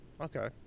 Okay